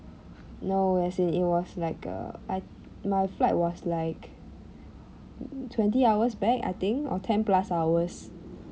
no as in it was like a I my flight was like twenty hours back I think or ten plus hours